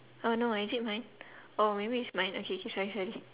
oh no is it mine oh maybe it's mine okay K sorry sorry